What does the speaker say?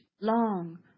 long